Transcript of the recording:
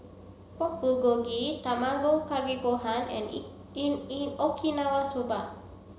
Pork Bulgogi Tamago Kake Gohan and Okinawa Soba